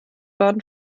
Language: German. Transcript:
baden